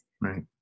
right